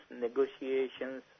negotiations